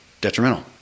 detrimental